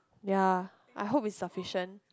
ya I hope is sufficient